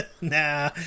Nah